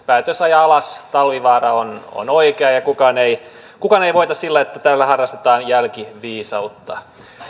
päätös ajaa alas talvivaara on on oikea kukaan ei kukaan ei voita sillä että täällä harrastetaan jälkiviisautta